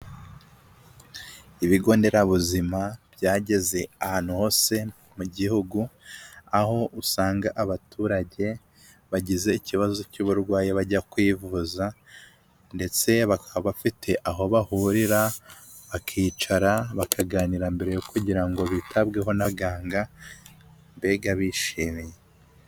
Ibigo nderabuzima byageze ahantu hose mu gihugu, aho usanga abaturage bagize ikibazo cy'uburwayi bajya kwivuza ndetse bakaba bafite aho bahurira bakicara bakaganira mbere kugira ngo bitabweho n'abaganga mbega bishimye.